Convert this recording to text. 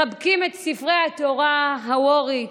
מחבקים את ספרי התורה האורית,